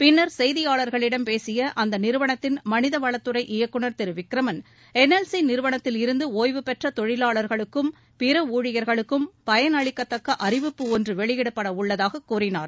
பின்னர் செய்தியாளர்களிடம் பேசிய அந்நிறுவனத்தின் மனித வளத்துறை இயக்குநர் திரு விக்ரமன் என்எல்சி நிறுவனத்திலிருந்து ஓய்வு பெற்ற தொழிவாளர்களுக்கும் பிற ஊழியர்களுக்கும் பயனளிக்கத்தக்க அறிவிப்பு ஒன்று வெளியிடப்பட உள்ளதாகக் கூறினார்